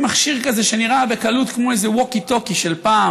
מכשיר כזה שנראה בקלות כמו איזה ווקי-טוקי של פעם,